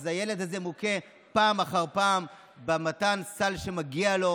אז הילד הזה מוכה פעם אחר פעם במתן סל שמגיע לו.